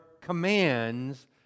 commands